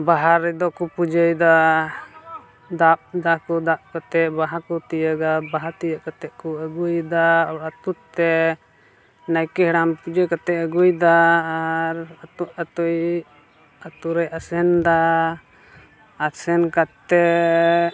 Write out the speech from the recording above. ᱵᱟᱦᱟ ᱨᱮᱫᱚ ᱠᱚ ᱯᱩᱡᱟᱹᱭ ᱮᱫᱟ ᱫᱟᱵ ᱮᱫᱟᱠᱚ ᱫᱟᱵ ᱠᱟᱛᱮᱫ ᱵᱟᱦᱟ ᱠᱚ ᱛᱤᱭᱳᱜᱟ ᱵᱟᱦᱟ ᱛᱤᱭᱳᱜ ᱠᱟᱛᱮᱫ ᱠᱚ ᱟᱹᱜᱩᱭᱮᱫᱟ ᱟᱛᱳᱛᱮ ᱱᱟᱭᱠᱮ ᱦᱟᱲᱟᱢ ᱯᱩᱡᱟᱹ ᱠᱟᱛᱮᱫ ᱟᱹᱜᱩᱭ ᱮᱫᱟ ᱟᱨ ᱟᱛᱳᱼᱟᱛᱳᱭ ᱟᱨ ᱟᱛᱳᱨᱮᱭ ᱟᱥᱮᱱ ᱮᱫᱟ ᱟᱥᱮᱱ ᱠᱟᱛᱮᱫ